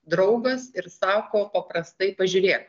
draugas ir sako paprastai pažiūrėk